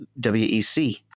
WEC